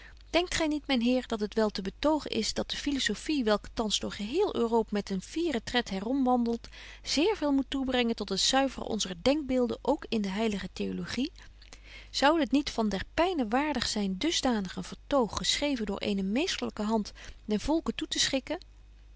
denkt gy niet myn heer dat het wel te betogen is dat de philosophie welke thans door geheel europe met een fieren tred herom wandelt zeer veel moet toebrengen tot het zuiveren onzer denkbeelden ook in de heilige theologie zoude het niet wel der pyne waardig zyn dusdanig een vertoog geschreven door eene meesterlyke hand den volke toe te schikken